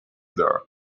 there